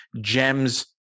gems